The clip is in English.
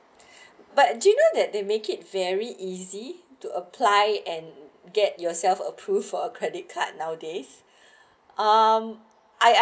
but do you know that they make it very easy to apply and get yourself approved for a credit card nowadays um I I